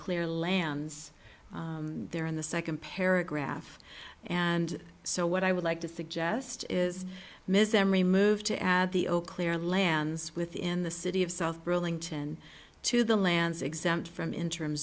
clear lands there in the second paragraph and so what i would like to suggest is ms emery move to add the auclair lands within the city of south burlington to the lands exempt from interim